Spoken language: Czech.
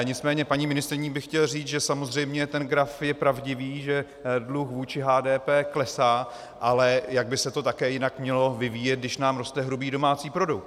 Nicméně paní ministryni bych chtěl říct, že samozřejmě ten graf je pravdivý, že dluh vůči HDP klesá, ale jak by se to také jinak mělo vyvíjet, když nám roste hrubý domácí produkt?